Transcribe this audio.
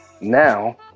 now